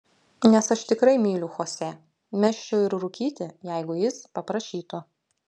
nes aš tikrai myliu chosė mesčiau ir rūkyti jeigu jis paprašytų